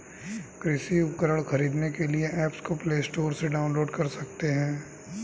कृषि उपकरण खरीदने के लिए एप्स को प्ले स्टोर से डाउनलोड कर सकते हैं